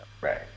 Right